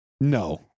No